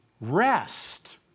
rest